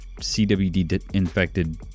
CWD-infected